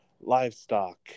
Livestock